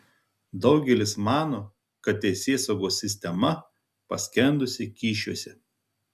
daugelis mano kad teisėsaugos sistema paskendusi kyšiuose